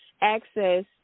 access